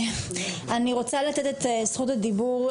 אני רוצה לתת את זכות הדיבור,